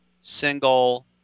single